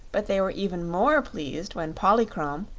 but they were even more pleased when polychrome,